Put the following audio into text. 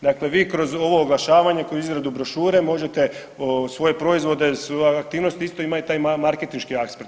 Dakle, vi kroz ovo oglašavanje kroz izradu brošure, možete svoje proizvode, aktivnosti, isto ima i taj marketinški aspekt.